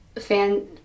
fan